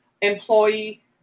employee